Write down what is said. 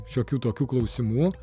šiokių tokių klausimų